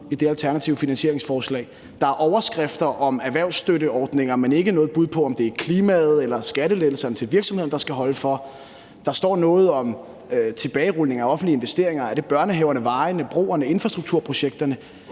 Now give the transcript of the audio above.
i det alternative finansieringsforslag. Der er overskrifter om erhvervsstøtteordninger, men ikke noget bud på, om det er klimaet eller skattelettelserne til virksomhederne, der skal holde for. Der står noget om tilbagerulning af offentlige investeringer. Er det børnehaverne, vejene, broerne, infrastrukturprojekterne?